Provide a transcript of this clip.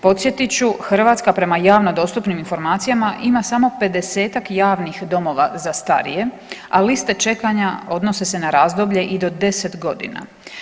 Podsjetit ću Hrvatska prema javno dostupnim informacijama ima samo 50-tak javnih domova za starije, a liste čekanja odnose se na razdoblje i do 10 godina.